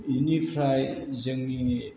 बेनिफ्राय जोंनि